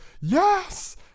Yes